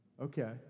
Okay